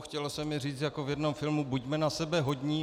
Chtělo se mi říct jako v jednom filmu: buďme na sebe hodní.